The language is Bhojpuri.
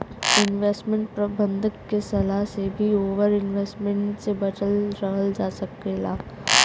इन्वेस्टमेंट प्रबंधक के सलाह से भी ओवर इन्वेस्टमेंट से बचल रहल जा सकला